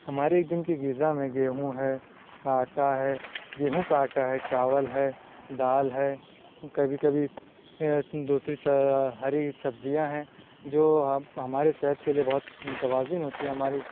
ہمارے دن کی غذا میں گیہوں ہے آٹا ہے گیہوں کا آٹا ہے چاول ہے دال ہے کبھی کبھی دوسری ہری سبزیاں ہیں جو ہمارے صحت کے لیے بہت متوازن ہوتی ہیں ہماری